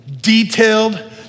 detailed